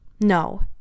No